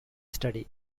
study